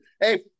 Hey